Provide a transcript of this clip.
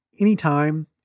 anytime